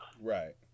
right